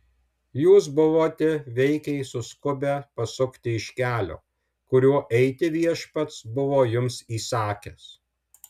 jūs buvote veikiai suskubę pasukti iš kelio kuriuo eiti viešpats buvo jums įsakęs